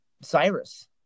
Cyrus